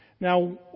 Now